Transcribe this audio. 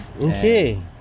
Okay